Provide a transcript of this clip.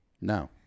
No